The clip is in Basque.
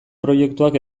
proiektuak